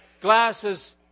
Glasses